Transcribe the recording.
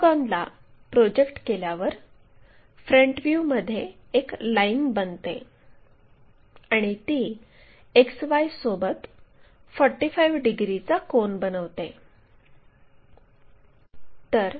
पेंटागॉनला project केल्यावर front व्ह्यूमध्ये एक लाईन बनते आणि ती XY सोबत 45 डिग्रीचा कोन बनविते